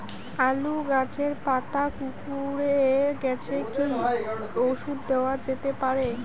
আলু গাছের পাতা কুকরে গেছে কি ঔষধ দেওয়া যেতে পারে?